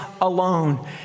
alone